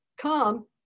come